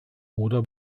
oder